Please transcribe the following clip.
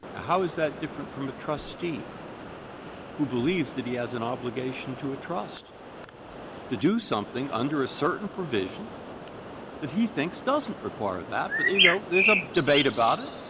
how is that different from a trustee who believes that he has an obligation to a trust to do something under a certain provision that he thinks doesn't require that, but, you know, there's a debate about it,